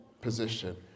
position